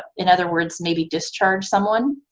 in other words, maybe discharge someone.